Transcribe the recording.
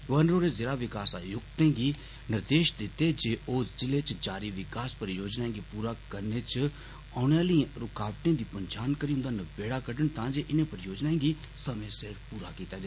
गवर्नश्र होरें जिला विकास आयुक्तें गी निर्देश दिते जे ओह् जिले च जारी विकास परियोजनाएं गी पूरा करने च औने आह्लिएं रुकावटें दी पंछान करी हुन्दा नबेडा कडन तां जे इनें परियोजनाएं गी समें सिर पूरा कीता जा